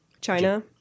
china